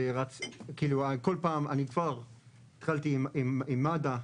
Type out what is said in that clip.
אני כבר התחלתי עם מד"א,